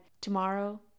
tomorrow